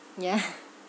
yeah